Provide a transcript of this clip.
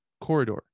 Corridor